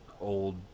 old